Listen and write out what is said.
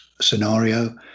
scenario